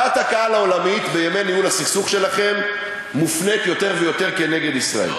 דעת הקהל העולמית בימי ניהול הסכסוך שלכם מופנית יותר ויותר כנגד ישראל.